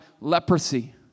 leprosy